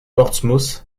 portsmouth